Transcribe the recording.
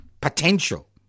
potential